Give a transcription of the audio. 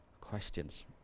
questions